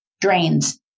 drains